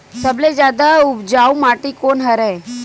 सबले जादा उपजाऊ माटी कोन हरे?